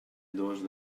dos